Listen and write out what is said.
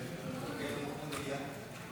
אם כך, היא תעבור לוועדת הכנסת לקביעה שם.